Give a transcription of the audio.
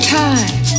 time